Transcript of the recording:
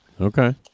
Okay